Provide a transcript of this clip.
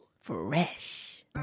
Fresh